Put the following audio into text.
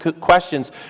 questions